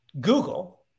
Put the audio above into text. Google